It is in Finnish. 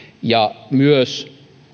ja myös